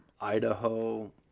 Idaho